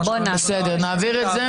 של כל הצדדים --- בואי נעביר את זה,